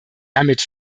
damit